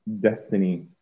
destiny